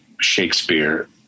Shakespeare